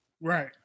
Right